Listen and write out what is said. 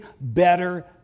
better